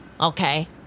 okay